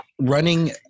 running